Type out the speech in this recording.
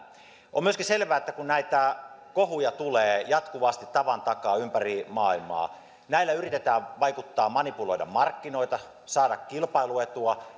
on myöskin selvää että kun näitä kohuja tulee jatkuvasti tavan takaa ympäri maailmaa niin näillä yritetään vaikuttaa manipuloida markkinoita saada kilpailuetua